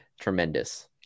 tremendous